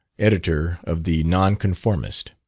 editor of the nonconformist.